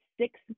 six